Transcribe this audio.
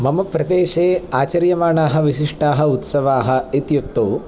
मम प्रदेशे आचर्यमानाः विशिष्टाः उत्सवाः इत्युक्तौ